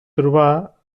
trobar